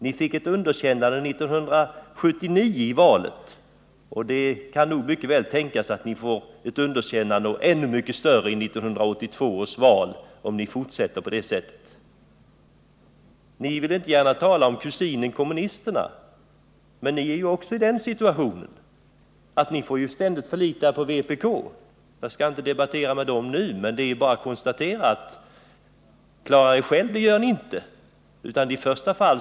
Ni fick ett underkännande i valet 1979. Och det kan nog mycket väl tänkas att ni får ett underkännande - ett ännu mycket större— i 1982 års val om ni fortsätter på detta sätt. Ni vill inte gärna tala om kusinen kommunisterna, men ni är ju i den situationen att ni ständigt får förlita er på vpk. Jag skall inte debattera med dem nu, men det är bara att konstatera att ni klarar er inte själva.